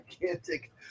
gigantic